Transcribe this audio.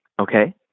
Okay